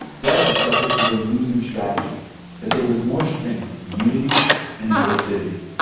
debs thought this was a losing strategy that there was more strength in unity and inclusivity